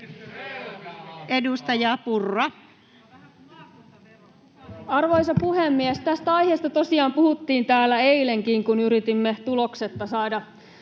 Content: Arvoisa puhemies! Tästä aiheesta tosiaan puhuttiin täällä eilenkin, kun yritimme tuloksetta saada